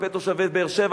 כלפי תושבי באר-שבע,